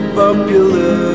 popular